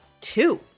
two